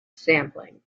sampling